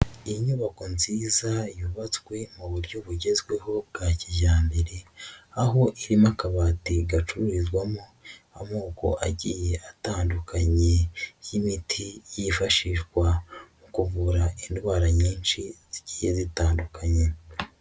Inyubako nziza yubatswe mu buryo bugezweho bwa kijyambere, aho irimo akabati gacururizwamo amoko agiye atandukanye y'imiti, yifashishwa mu kuvura indwara nyinshi zigiye zitandukanye.